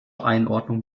einordnung